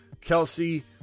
Kelsey